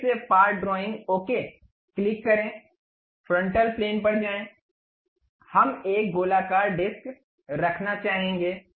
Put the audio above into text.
फिर से part drawing okay click करें फ्रंटल प्लेन पर जाएं हम एक गोलाकार डिस्क रखना चाहेंगे